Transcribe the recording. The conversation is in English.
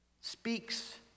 speaks